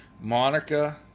Monica